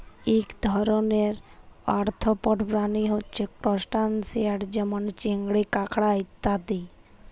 এক ধরণের আর্থ্রপড প্রাণী হচ্যে ত্রুসটাসিয়ান প্রাণী যেমল চিংড়ি, কাঁকড়া ইত্যাদি